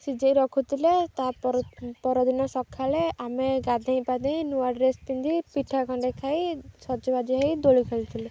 ସିଝାଇ ରଖୁଥିଲେ ତାପର ପରଦିନ ସଖାଳେ ଆମେ ଗାଧେଇ ପାଧେଇ ନୂଆ ଡ୍ରେସ୍ ପିନ୍ଧି ପିଠା ଖଣ୍ଡେ ଖାଇ ସଜବାଜି ହେଇ ଦୋଳି ଖେଳୁଥିଲୁ